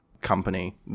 company